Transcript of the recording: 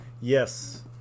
Yes